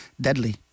deadly